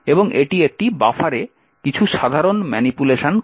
এবং এটি একটি বাফারে কিছু সাধারণ ম্যানিপুলেশন করে